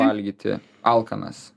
valgyti alkanas